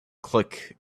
click